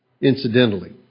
incidentally